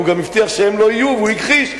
הוא גם הבטיח שהם לא יהיו, והוא הכחיש.